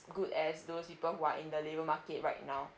good as those people who are in the market right now